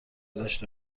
داشته